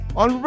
on